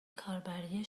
کاربری